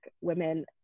women